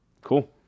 cool